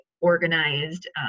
organized